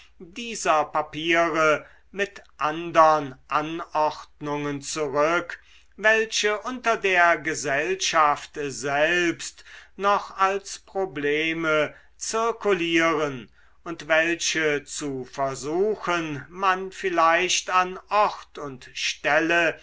dieser papiere mit andern anordnungen zurück welche unter der gesellschaft selbst noch als probleme zirkulieren und welche zu versuchen man vielleicht an ort und stelle